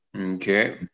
Okay